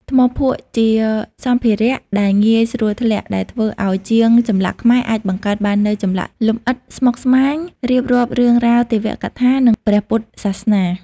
ថ្មភក់ជាសម្ភារៈដែលងាយស្រួលឆ្លាក់ ដែលធ្វើអោយជាងចម្លាក់ខ្មែរអាចបង្កើតបាននូវចម្លាក់លម្អិតស្មុគស្មាញ រៀបរាប់រឿងរ៉ាវទេវកថា និងព្រះពុទ្ធសាសនា។